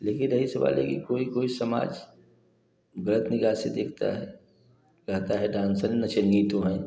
लेकिन रही सवाल है कि कोई कोई समाज गलत निगाह से देखता है कहता है डांसर नचनिए तो है